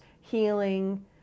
healing